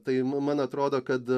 tai ma man atrodo kad